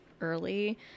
early